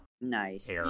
Nice